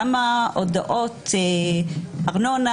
כמה הודעות ארנונה,